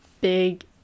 big